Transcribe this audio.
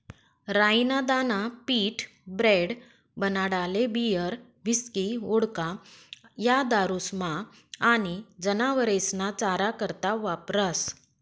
राई ना दाना पीठ, ब्रेड, बनाडाले बीयर, हिस्की, वोडका, या दारुस्मा आनी जनावरेस्ना चारा करता वापरास